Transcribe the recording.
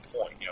point